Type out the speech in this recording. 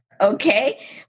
Okay